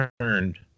turned